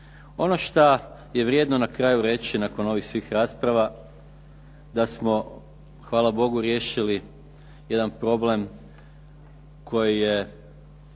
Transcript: Ono što je vrijedno na kraju reći nakon ovih svih rasprava da smo hvala Bogu riješili jedan problem koji je